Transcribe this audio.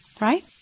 Right